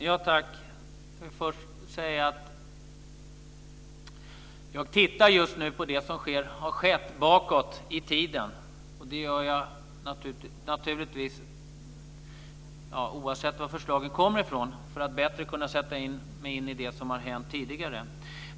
Fru talman! Jag vill först säga att jag just nu tittar på vad som har skett bakåt i tiden. Jag tittar naturligtvis på förslagen oavsett varifrån de kommer, för att bättre kunna sätta mig in i det som har hänt tidigare.